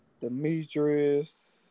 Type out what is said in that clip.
Demetrius